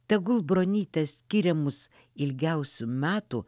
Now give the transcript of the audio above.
tegul bronyte skiriamus ilgiausių metų